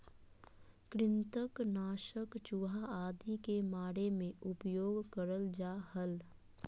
कृंतक नाशक चूहा आदि के मारे मे उपयोग करल जा हल